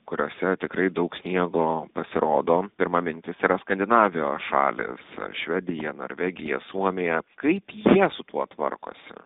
kuriose tikrai daug sniego pasirodo pirma mintis yra skandinavijos šalys švedija norvegija suomija kaip jie su tuo tvarkosi